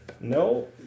No